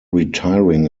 retiring